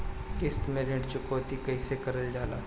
किश्त में ऋण चुकौती कईसे करल जाला?